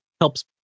Helps